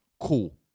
Cool